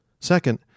Second